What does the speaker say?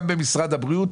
גם במשרד הבריאות,